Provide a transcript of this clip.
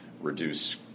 reduce